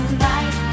Tonight